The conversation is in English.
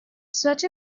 such